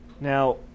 Now